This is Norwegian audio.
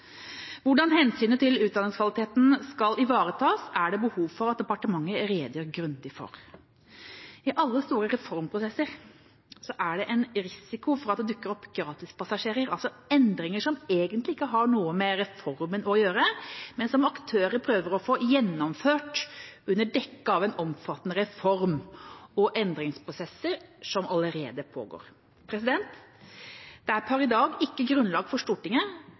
Hvordan hensynet til utdanningskvaliteten skal ivaretas er det behov for at departementet redegjør grundig for. I alle store reformprosesser er det en risiko for at det dukker opp gratispassasjerer – altså endringer som egentlig ikke har noe med reformen å gjøre, men som aktører prøver å få gjennomført under dekke av en omfattende reform og endringsprosesser som allerede pågår. Stortinget har per i dag ikke grunnlag for